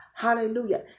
Hallelujah